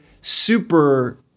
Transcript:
super